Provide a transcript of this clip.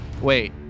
Wait